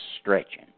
stretching